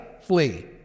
flee